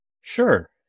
Sure